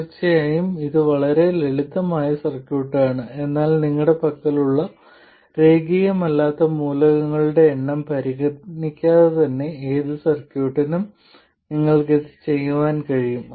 തീർച്ചയായും ഇത് വളരെ ലളിതമായ സർക്യൂട്ട് ആണ് എന്നാൽ നിങ്ങളുടെ പക്കലുള്ള രേഖീയമല്ലാത്ത മൂലകങ്ങളുടെ എണ്ണം പരിഗണിക്കാതെ തന്നെ ഏത് സർക്യൂട്ടിനും നിങ്ങൾക്ക് ഇത് ചെയ്യാൻ കഴിയും